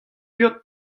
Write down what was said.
viot